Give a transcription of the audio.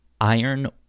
Iron